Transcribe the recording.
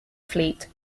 fleet